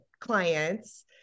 clients